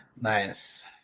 Nice